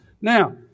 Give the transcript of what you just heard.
Now